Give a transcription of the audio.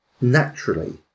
naturally